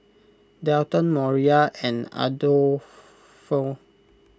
Dalton Moriah and Adolfo